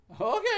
Okay